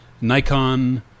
Nikon